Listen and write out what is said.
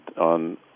on